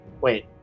wait